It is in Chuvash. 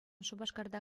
шупашкарта